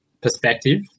perspective